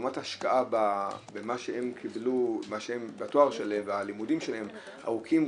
לעומת ההשקעה בתואר שלהם והלימודים שלהם ארוכים,